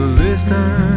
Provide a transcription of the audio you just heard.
listen